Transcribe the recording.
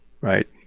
right